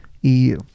EU